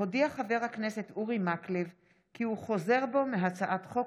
הודיע חבר הכנסת אורי מקלב כי הוא חוזר בו מהצעת חוק